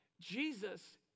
Jesus